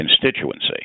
constituency